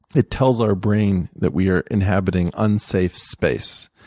it tells our brain that we are inhabiting unsafe space.